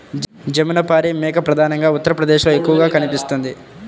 జమునపారి మేక ప్రధానంగా ఉత్తరప్రదేశ్లో ఎక్కువగా కనిపిస్తుంది